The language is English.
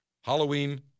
Halloween